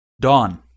Dawn